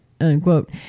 Unquote